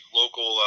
local